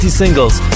singles